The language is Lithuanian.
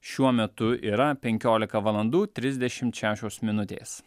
šiuo metu yra penkiolika valandų trisdešimt šešios minutės